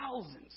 thousands